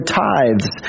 tithes